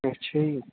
ਅੱਛਾ ਜੀ